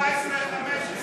14, 15,